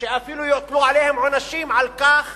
שאפילו יוטלו עליהם עונשים על כך